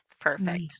Perfect